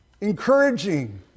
encouraging